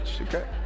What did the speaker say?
okay